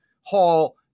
Hall